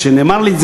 כשזה נאמר לי,